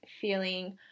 feeling